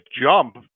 jump